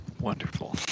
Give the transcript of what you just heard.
Wonderful